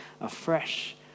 afresh